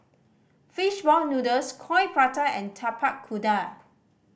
fish ball noodles Coin Prata and Tapak Kuda